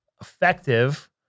effective